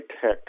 tech